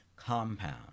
compound